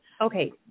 Okay